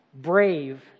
brave